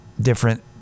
different